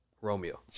Romeo